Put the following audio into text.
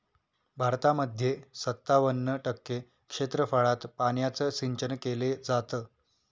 भारतामध्ये सत्तावन्न टक्के क्षेत्रफळात पाण्याचं सिंचन केले जात